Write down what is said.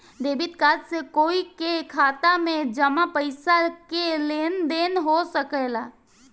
debit card से कोई के खाता में जामा पइसा के लेन देन हो सकेला